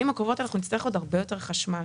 הקרובות אנחנו נצטרך עוד הרבה יותר חשמל.